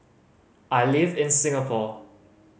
I live in Singapore